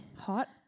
Hot